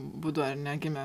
būdu ar ne gimė